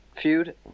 feud